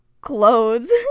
clothes